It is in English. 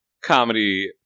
comedy